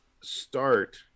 start